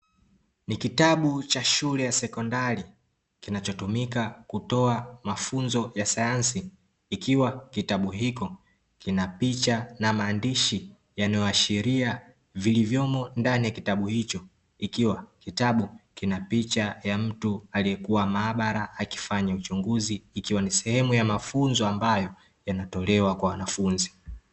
Ni kitabu cha shule ya sekondari kinachotumika kutoa mafunzo ya sayansi ikiwa kitabu hicho kina picha na maandishi yanayoashiria vilivyomo ndani ya kitabu hicho, ikiwa kitabu kina picha ya mtu aliyekuwa maabara akifanya uchunguzi ikiwa ni sehemu ya mafunzo ambayo yanatolewa kwa wanafunzi.